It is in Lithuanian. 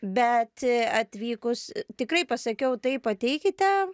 bet atvykus tikrai pasakiau taip ateikite